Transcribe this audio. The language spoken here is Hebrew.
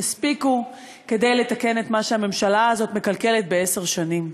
יספיקו כדי לתקן את מה שהממשלה הזאת מקלקלת בעשר שנים.